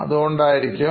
അതുകൊണ്ടായിരിക്കാം